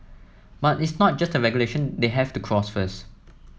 but it's not just the regulation they have to cross first